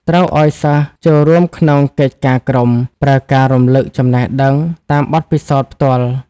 ត្រូវឲ្យសិស្សចូលរួមក្នុងកិច្ចការក្រុម ប្រើការរំលឹកចំណេះដឹងតាមបទពិសោធន៍ផ្ទាល់។